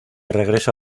regreso